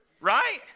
right